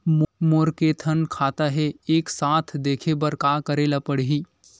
मोर के थन खाता हे एक साथ देखे बार का करेला पढ़ही?